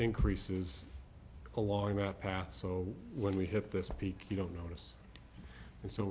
increases along that path so when we hit this peak you don't notice and so